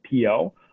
PO